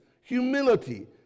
humility